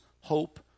hope